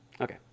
Okay